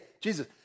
Jesus